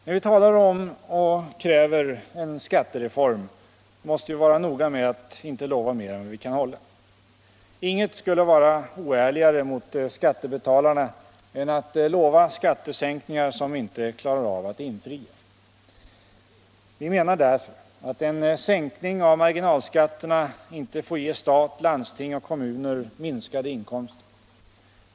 När vi talar om och kräver en skattereform måste vi vara noga med att inte lova mer än vi kan hålla. Inget skulle vara oärligare mot skattebetalarna än att lova skattesänkningar som vi inte klarar av att infria. Vi menar därför att en sänkning av marginalskatterna inte får ge stat, landsting och kommuner minskade inkomster.